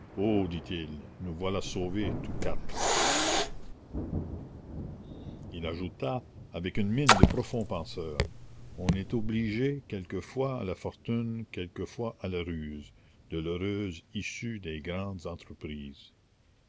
dit-il nous voilà sauvés tous quatre il ajouta avec une mine de profond penseur on est obligé quelquefois à la fortune quelquefois à la ruse de l'heureuse issue des grandes entreprises